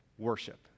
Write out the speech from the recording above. Worship